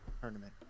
tournament